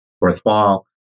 worthwhile